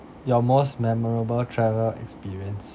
your most memorable travel experience